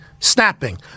Snapping